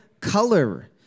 color